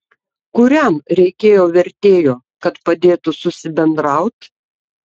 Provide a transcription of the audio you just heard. kuriam reikėjo vertėjo kad padėtų susibendraut